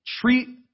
treat